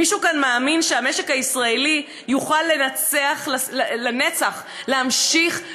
מישהו כאן מאמין שהמשק הישראלי יוכל לנצח להמשיך